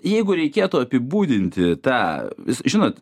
jeigu reikėtų apibūdinti tą žinot